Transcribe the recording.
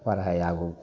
पढ़ाइ आगू